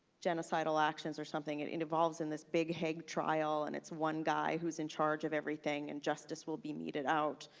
genocidal actions or something, it evolves in this big hague trial, and it's one guy who's in charge of everything, and justice will be meted out,